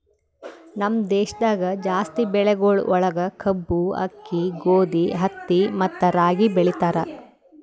ನಮ್ ದೇಶದಾಗ್ ಜಾಸ್ತಿ ಬೆಳಿಗೊಳ್ ಒಳಗ್ ಕಬ್ಬು, ಆಕ್ಕಿ, ಗೋದಿ, ಹತ್ತಿ ಮತ್ತ ರಾಗಿ ಬೆಳಿತಾರ್